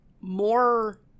more